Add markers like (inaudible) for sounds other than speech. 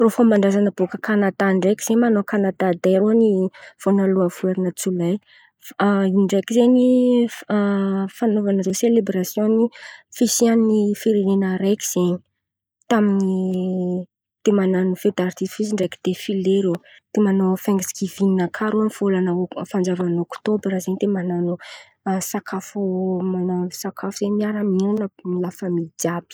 Irô fômban-drazan̈a bôkà kanadà ndraiky zen̈y manao kanadà day irô vônalohan'ny volana jona in̈y. (hesitation) In̈y ndraiky zen̈y (hesitation) fanaovan-drô selebrasion amin'ny fisian'ny firenena araiky zen̈y. Tamin'ny, dia man̈ano fedartifisy ndraiky defile irô, dia man̈ao fenksgivin kà irô amin'ny volana fanjavan'ny ôktôbra zen̈y dia man̈ano sakafo (hesitation) man̈ano sakafo dia miara-mihin̈ana lafamy jiàby.